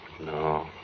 No